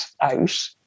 out